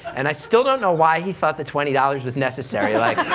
and i still don't know why he thought the twenty dollars was necessary, like,